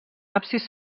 absis